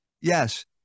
Yes